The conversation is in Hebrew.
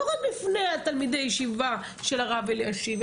רק בפני תלמידי הישיבה של הרב אלישיב,